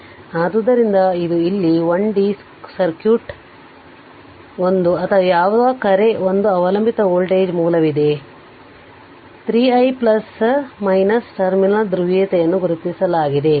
ಆದ್ದರಿಂದ ಇದು ಇಲ್ಲಿ 1 d ಸರ್ಕ್ಯೂಟ್ 1 ಅಥವಾ ಯಾವ ಕರೆ 1 ಅವಲಂಬಿತ ವೋಲ್ಟೇಜ್ ಮೂಲವಿದೆ 3 i ಟರ್ಮಿನಲ್ ಧ್ರುವೀಯತೆಯನ್ನು ಗುರುತಿಸಲಾಗಿದೆ